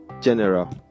general